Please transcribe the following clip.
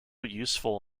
useful